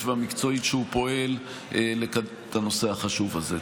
והמקצועית שהוא פועל בה לקדם את הנושא החשוב הזה.